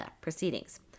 proceedings